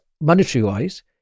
monetary-wise